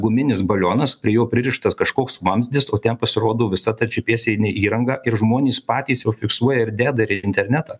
guminis balionas prie jo pririštas kažkoks vamzdis o ten pasirodo visa ta džipyesinė įranga ir žmonės patys jau fiksuoja ir deda ir į internetą